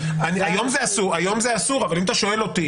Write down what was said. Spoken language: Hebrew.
היום זה אסור, אבל אם אתה שואל אותי